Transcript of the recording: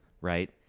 right